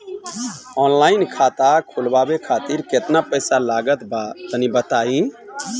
Online खाता खूलवावे खातिर केतना पईसा लागत बा तनि बताईं?